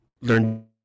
learn